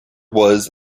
was